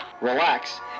relax